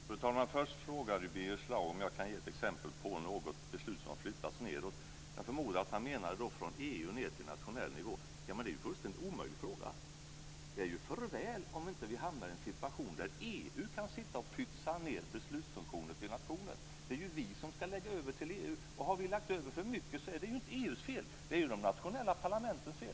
Fru talman! Först frågade Birger Schlaug om jag kan ge ett exempel på något beslut som har flyttats nedåt. Jag förmodar att han då menar ned från EU till nationell nivå. Det är en fullständigt omöjlig fråga. Det är för väl om vi inte hamnar i en situation där EU kan pytsa ned beslutsfunktioner till nationer. Det är ju vi som ska lägga över sådana till EU, och har vi lagt över för mycket, är det inte EU:s fel utan de nationella parlamentens fel.